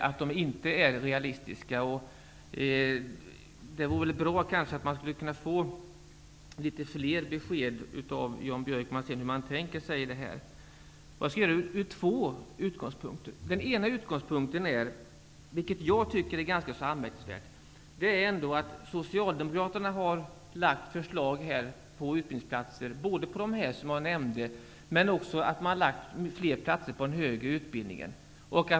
De är inte realistiska. Det vore bra om jag kunde få litet fler besked av Jan Björkman om hur man tänker sig detta. Det finns två utgångspunkter för mitt resonemang. Den ena utgångspunkten är att Socialdemokraterna här har lagt fram förslag om utbildningsplatser för de kategorier som jag nämnde men också förslag om fler platser inom den högre utbildningen.